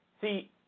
See